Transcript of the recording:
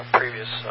previous